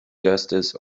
justice